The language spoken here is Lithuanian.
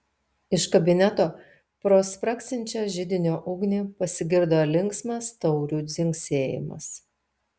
iš kabineto pro spragsinčią židinio ugnį pasigirdo linksmas taurių dzingsėjimas